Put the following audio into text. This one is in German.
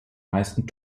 meisten